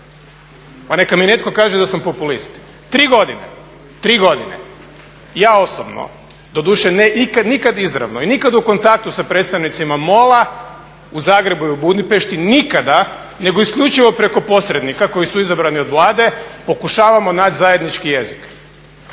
Pa neka mi netko kaže da sam populist. 3 godine, 3 godine ja osobno, doduše ne ikad, nikad izravno i nikada u kontaktu sa predstavnicima MOL-a u Zagrebu i u Budimpešti nikada nego isključivo preko posrednika koji su izabrani od Vlade pokušavamo naći zajednički jezik.